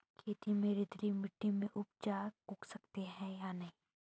खेत में रेतीली मिटी में उपज उगा सकते हैं या नहीं?